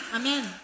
amen